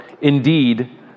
Indeed